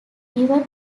given